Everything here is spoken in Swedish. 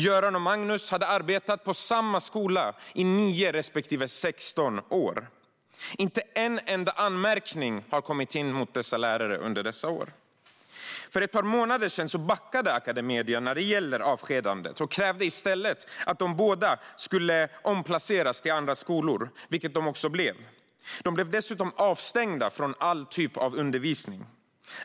Göran och Magnus hade arbetat på samma skola i 9 respektive 16 år, och inte en enda anmärkning mot dessa lärare hade kommit in under de åren. För ett par månader sedan backade Academedia när det gäller avskedandet och krävde i stället att de båda skulle omplaceras till andra skolor, vilket också gjordes. De blev dessutom avstängda från all typ av undervisning.